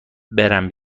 برم